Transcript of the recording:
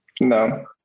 No